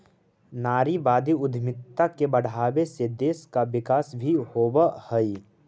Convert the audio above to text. नारीवादी उद्यमिता के बढ़ावे से देश का विकास भी होवअ हई